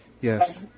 Yes